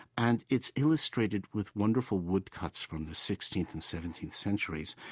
and it's illustrated with wonderful woodcuts from the sixteenth and seventeenth centuries.